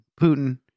putin